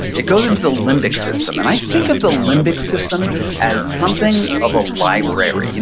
it goes into the limbic system. and i think of the limbic system as something of a library. you know